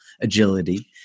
agility